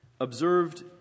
observed